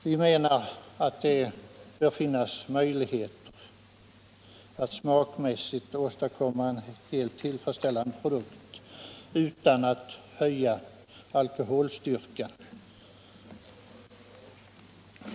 Vi menar att det bör finnas möjlighet att smakmässigt åstadkomma en helt tillfredsställande produkt utan att man höjer alkoholstyrkan.